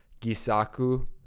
Gisaku